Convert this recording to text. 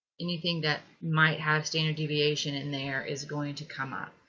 anything that might have standard deviation in there is going to come up.